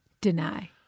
deny